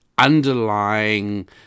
Underlying